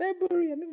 February